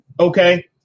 Okay